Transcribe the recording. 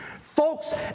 Folks